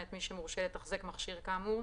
מאת מי שמורשה לתחזק מכשיר כאמור,